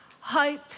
Hope